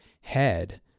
head